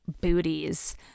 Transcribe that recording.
booties